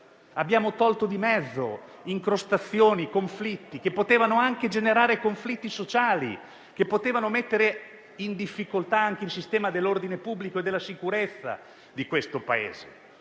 Abbiamo tolto di mezzo incrostazioni e attriti che potevano anche generare conflitti sociali e mettere in difficoltà il sistema dell'ordine pubblico e della sicurezza del Paese.